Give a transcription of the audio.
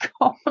God